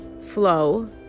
flow